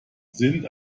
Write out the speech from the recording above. sind